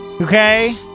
Okay